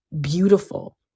beautiful